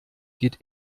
geht